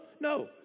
no